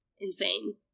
insane